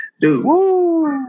dude